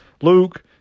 Luke